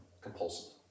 compulsive